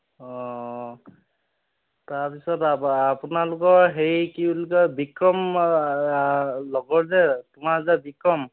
তাৰ পিছত আপোনলোকৰ হেৰি কি বুলি কয় বিক্ৰম লগৰ যে তোমাৰ যে বিক্ৰম